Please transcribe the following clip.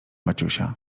maciusia